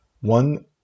One